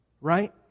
Right